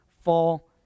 fall